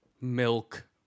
milk